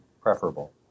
preferable